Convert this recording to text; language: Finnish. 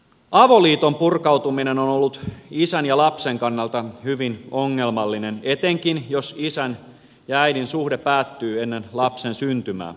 avoliiton purkautuminen on ollut isän ja lapsen kannalta hyvin ongelmallinen etenkin jos isän ja äidin suhde päättyy ennen lapsen syntymää